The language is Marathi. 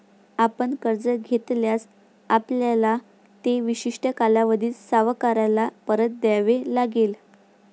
आपण कर्ज घेतल्यास, आपल्याला ते विशिष्ट कालावधीत सावकाराला परत द्यावे लागेल